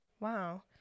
Wow